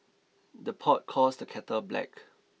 the pot calls the kettle black